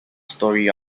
story